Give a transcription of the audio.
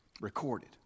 Recorded